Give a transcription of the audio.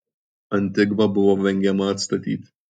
antigvą buvo vengiama atstatyti